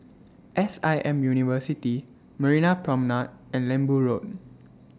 S I M University Marina Promenade and Lembu Road